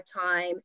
time